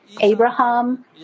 Abraham